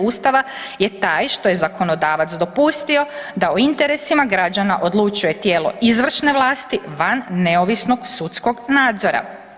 Ustava je taj što je zakonodavac dopustio da o interesima građana odlučuje tijelo izvršne vlasti van neovisnog sudskog nadzora.